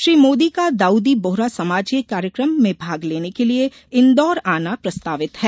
श्री मोदी का दाउदी बोहरा समाज के कार्यक्रम में भाग लेने के लिए इंदौर आना प्रस्तावित है